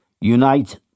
unite